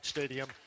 Stadium